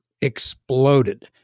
exploded